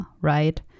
right